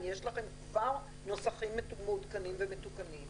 אם יש לכם כבר נוסחים מעודכנים ומתוקנים.